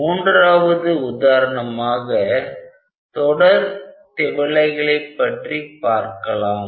மூன்றாவது உதாரணமாக தொடர் திவலைகளை பற்றி பார்க்கலாம்